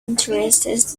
interested